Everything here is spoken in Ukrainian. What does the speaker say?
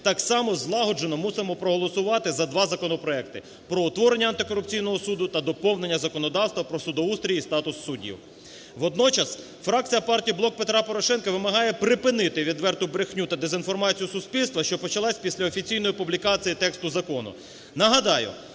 так само злагоджено мусимо проголосувати за два законопроекти: про утворення антикорупційний суд та доповнення законодавства про судоустрій і статус суддів. Водночас фракція Партії "Блок Петра Порошенка" вимагає припинити відверту брехню та дезінформацію суспільства, що почалась після офіційної публікації тексту закону. Нагадаю,